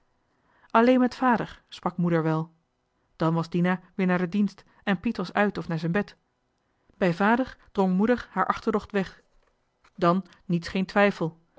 alleen met vader sprak moeder wel dan was dina weer naar d'er dienst en piet was uit of naar zijn bed bij vader drong moeder haar achterdocht weg dan niets geen twijfel